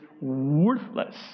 worthless